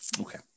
Okay